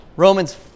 Romans